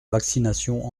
vaccination